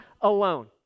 alone